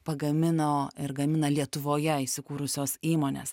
pagamino ir gamina lietuvoje įsikūrusios įmonės